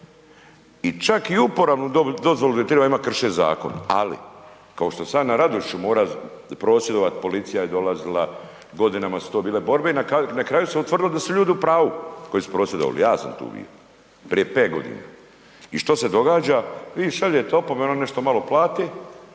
I čak i uporabnu dozvolu bi trebali imati, krše zakon. Ali, kao što sam ja na .../Govornik se ne razumije./... morao prosvjedovati, policija je dolazila, godinama su to bile borbe i na kraju se utvrdilo da su ljudi u pravu koji su prosvjedovali, ja sam tu bio. Prije 5 godina. I što se događa? I sad je to, to nešto malo plate